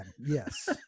Yes